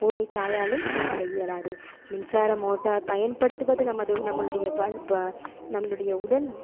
பூமித்தாயாலும் தாங்க இயலாது மின்சார மோட்டார் பயன்படுத்துவது நமது நம்மளுடைய நம்மளுடைய உடல்